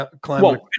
climate